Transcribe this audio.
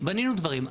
בנינו דברים,